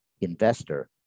investor